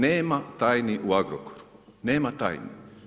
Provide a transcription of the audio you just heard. Nema tajni u Agrokoru, nema tajni.